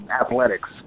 athletics